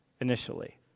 initially